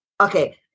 Okay